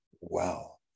Wow